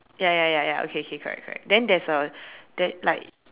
ya ya ya ya okay okay correct correct then there's a there like